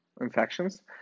infections